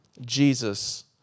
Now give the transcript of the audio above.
Jesus